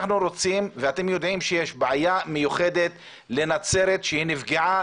אתם יודעים שיש בעיה מיוחדת לנצרת שנפגעה